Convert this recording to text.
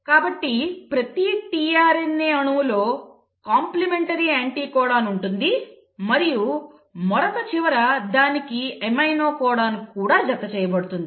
కాబట్టి ప్రతి tRNA అణువులో కాంప్లిమెంటరీ యాంటీకోడాన్ ఉంటుంది మరియు మరొక చివర దానికి అమైనో కోడాన్ కూడా జతచేయబడుతుంది